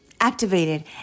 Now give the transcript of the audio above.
activated